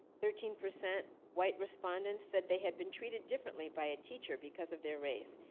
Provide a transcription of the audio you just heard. thirteen percent white respondents said they had been treated differently by a teacher because of their race,